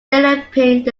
developing